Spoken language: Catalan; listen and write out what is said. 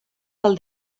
del